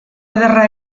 ederra